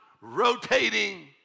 rotating